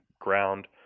ground